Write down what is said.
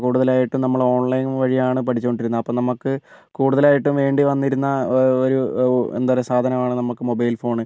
കൂടുതലായിട്ടും നമ്മൾ ഓൺലൈൻ വഴിയാണ് പഠിച്ചു കൊണ്ടിരുന്നത് അപ്പോൾ നമുക്ക് കൂടുതലായിട്ടും വേണ്ടി വന്നിരുന്ന ഒരു എന്താ പറയുക സാധനമാണ് നമുക്ക് മൊബൈൽ ഫോൺ